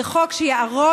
זה חוק שיהרוס,